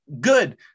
good